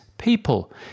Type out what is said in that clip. people